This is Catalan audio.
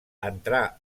entrà